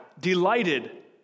delighted